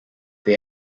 they